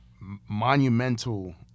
monumental